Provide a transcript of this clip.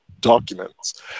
documents